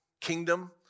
kingdom